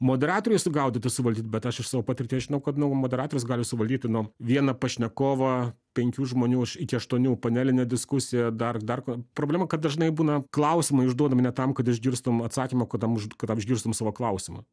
moderatoriui sugaudyt ir suvaldyt bet aš iš savo patirties žinau kad nu moderatorius gali suvaldyti nu vieną pašnekovą penkių žmonių aš iki aštuonių panelinę diskusiją dar dar problema kad dažnai būna klausimai užduodami ne tam kad išgirstum atsakymą o kad tam kad tam išgirstum savo klausimą